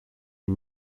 une